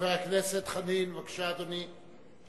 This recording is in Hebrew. חבר הכנסת חנין, בבקשה, אדוני.